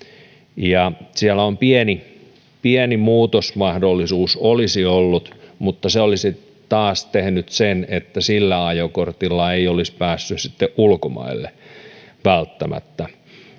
siellä olisi pieni muutoksen mahdollisuus ollut mutta se olisi taas tehnyt sen että sillä ajokortilla ei olisi välttämättä päässyt sitten ulkomaille